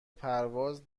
پرواز